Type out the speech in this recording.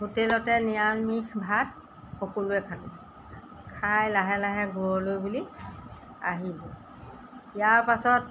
হোটেলতে নিৰামিষ ভাত সকলোৱে খালো খাই লাহে লাহে ঘৰলৈ বুলি আহিলোঁ ইয়াৰ পাছত